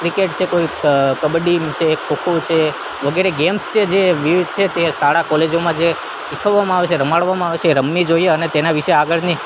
cricket છે કોઈક કબડ્ડી છે ખોખો છે વગેરે ગેમ્સ જે છે વિવિધ છે તે શાળા કોલેજોમાં જે શીખવવામાં આવે છે રમાડવામાં આવે છે એ રમવી જોઈએ અને તેના વિશે આગળની